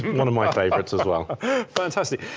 one of my favorites as well fantastic.